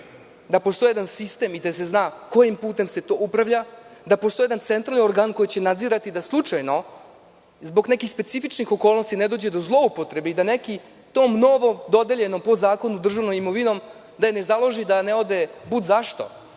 da postoji jedan sistem i da se zna kojim putem se tu upravlja, da postoji jedan centralni organ koji će nadzirati da slučajno zbog nekih specifičnih okolnosti ne dođe do zloupotrebe i da neko tu novododeljenu, po zakonu, državnu imovinu ne založi, da ne ode budzašto.